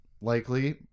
likely